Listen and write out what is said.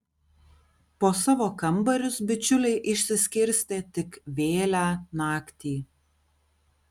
po savo kambarius bičiuliai išsiskirstė tik vėlią naktį